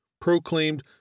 proclaimed